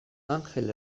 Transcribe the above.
angel